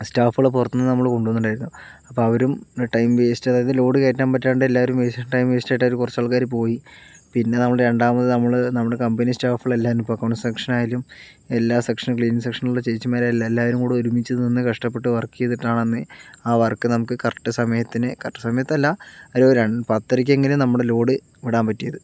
സ്റ്റാഫുകളെ പുറത്തു നിന്ന് നമ്മൾ കൊണ്ടുവന്നിട്ടുണ്ടായിരുന്നു അപ്പോൾ അവരും ടൈം വേസ്റ്റ് ചെയ്യാതെ അതായത് ലോഡ് കയറ്റാൻ പറ്റാത്ത എല്ലാവരും ടൈം വേസ്റ്റ് ആയിട്ട് അവർ കുറച്ചാൾക്കാർ പോയി പിന്നെ നമ്മൾ രണ്ടാമത് നമ്മൾ നമ്മുടെ കമ്പനി സ്റ്റാഫുകളെല്ലാവരും ഇപ്പോൾ അക്കൗണ്ട് സെക്ഷനായാലും എല്ലാ സെക്ഷനിലും ക്ലീനിങ് സെക്ഷനിലുള്ള ചേച്ചിമാരും എല്ലാവരും കൂടി ഒരുമിച്ച് നിന്ന് കഷ്ടപ്പെട്ട് വർക്ക് ചെയ്തിട്ടാണെന്ന് ആ വർക്ക് നമുക്ക് കറക്റ്റ് സമയത്തിന് കറക്റ്റ് സമയത്തല്ല ഒരു പത്തരക്കെങ്കിലും നമ്മുടെ ലോഡ് വിടാൻ പറ്റിയത്